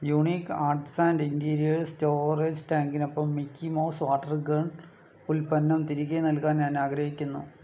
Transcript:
unique arts and interiors storage ടാങ്കിനൊപ്പം Mickey Mouse water gun ഉൽപ്പന്നം തിരികെ നൽകാൻ ഞാൻ ആഗ്രഹിക്കുന്നു